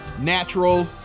natural